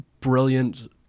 brilliant